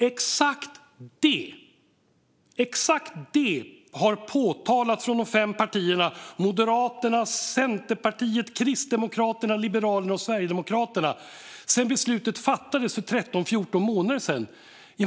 Exakt det har påtalats från de fem partierna - Moderaterna, Centerpartiet, Kristdemokraterna, Liberalerna och Sverigedemokraterna - sedan beslutet fattades för 13-14 månader sedan.